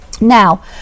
now